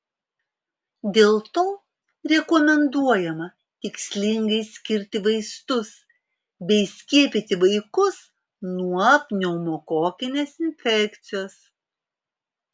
dėl to rekomenduojama tikslingai skirti vaistus bei skiepyti vaikus nuo pneumokokinės infekcijos